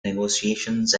negotiations